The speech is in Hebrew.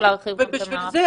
ובשביל זה,